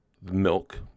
Milk